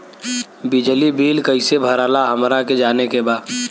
बिजली बिल कईसे भराला हमरा के जाने के बा?